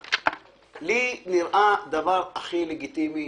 נראה דבר הכי לגיטימי